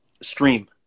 stream